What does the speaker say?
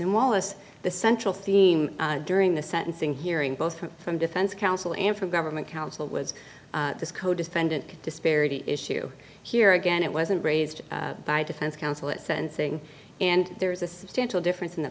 and wallace the central theme during the sentencing hearing both from defense counsel and from government counsel was this codefendant disparity issue here again it wasn't raised by defense counsel at sentencing and there is a substantial difference in the